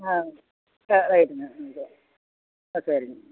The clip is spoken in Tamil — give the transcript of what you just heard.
ஆ ர ரைட்டுங்க ம் சரி ஆ சரிங்க